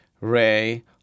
Ray